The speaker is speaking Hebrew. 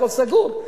הכול סגור,